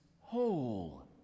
whole